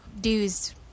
dues